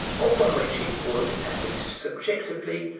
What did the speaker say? or from which it would, at least subjectively,